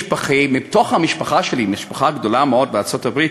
בתוך המשפחה שלי, משפחה גדולה מאוד בארצות-הברית,